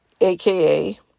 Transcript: aka